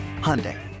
Hyundai